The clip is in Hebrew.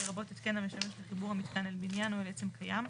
לרבות התקן המשמש לחיבור המיתקן אל בניין או אל עצם קיים.